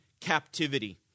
captivity